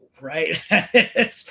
right